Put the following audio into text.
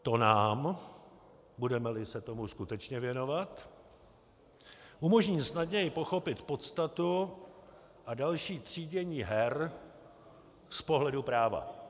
To nám, budemeli se tomu skutečně věnovat, umožní snadněji pochopit podstatu a další třídění her z pohledu práva.